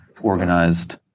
organized